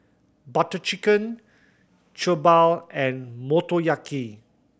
Butter Chicken Jokbal and Motoyaki